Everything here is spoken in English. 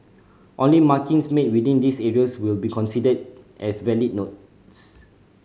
only markings made within these areas will be considered as valid notes